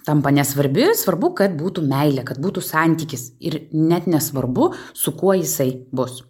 tampa nesvarbi svarbu kad būtų meilė kad būtų santykis ir net nesvarbu su kuo jisai bus